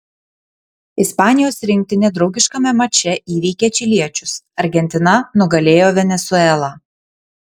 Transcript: ispanijos rinktinė draugiškame mače įveikė čiliečius argentina nugalėjo venesuelą